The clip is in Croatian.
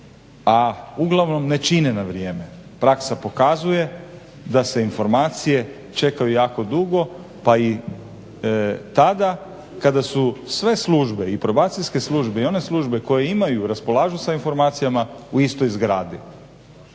A uglavnom ne čine na vrijeme, praksa pokazuje da se informacije čekaju jako dugo pa i tada kada su sve službe, i probacijske službe i one službe koje imaju i raspolažu sa informacijama u istoj zgradi.